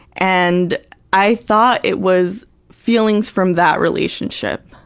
and i thought it was feelings from that relationship.